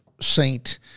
saint